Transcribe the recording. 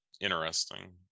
interesting